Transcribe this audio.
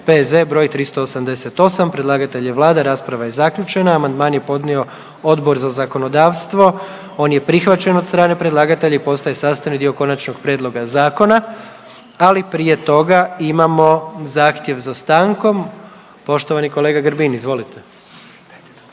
broj 273. Predlagatelj je vlada, rasprava je zaključena. Amandman je podnio Odbor za zakonodavstvo, prihvaćen je od strane predlagatelja i postaje sastavni dio konačnog prijedloga zakona pa dajem na glasovanje konačni prijedlog